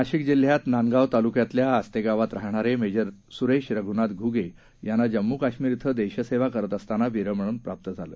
नाशिक जिल्ह्यात नांदगाव तालुक्यातल्या आस्ते गावात राहणारे मेजर सुरेश रघुनाथ घुगे यांना जम्मू काश्मीर क्वे देशसेवा करत असताना वीरमरण प्राप्त झालं